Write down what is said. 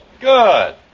Good